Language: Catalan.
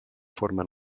formen